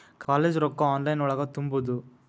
College ರೊಕ್ಕ online ಒಳಗ ತುಂಬುದು?